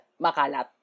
makalat